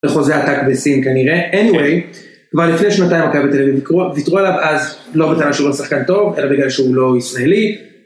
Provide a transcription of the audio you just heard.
וחוזה הטאק וסין כנראה, anyway. כבר לפני שנתיים מכבי תל אביב ויתרו עליו, לא בגלל שהוא לא שחקן טוב, אלא בגלל שהוא לא ישראלי.